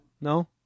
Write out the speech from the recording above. No